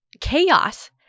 chaos